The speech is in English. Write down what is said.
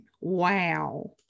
Wow